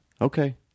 Okay